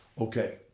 okay